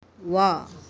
ವಾಹ್